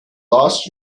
lost